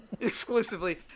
exclusively